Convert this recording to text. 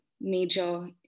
major